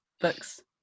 books